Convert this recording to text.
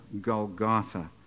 Golgotha